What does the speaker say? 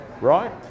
right